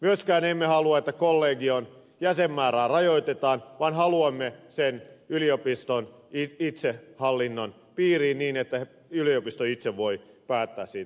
myöskään emme halua että kollegion jäsenmäärää rajoitetaan vaan haluamme sen yliopiston itsehallinnon piiriin niin että yliopisto itse voi päättää siitä